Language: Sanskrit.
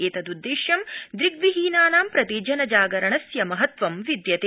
एतदद्देश्यं दृश्विहीनानां प्रति जनजागरणस्य महत्वं विद्यते